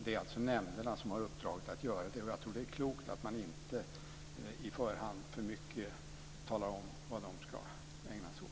Det är nämnderna som har uppdraget att göra det, och jag tror att det är klokt att man inte i förhand för mycket talar om vad de ska ägna sig åt.